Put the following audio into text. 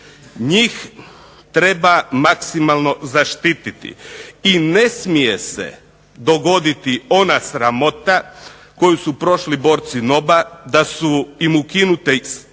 Njih treba maksimalno zaštititi i ne smije se dogoditi ona sramota koju su prošli borci NOB-a, da su im ukinuta sva prava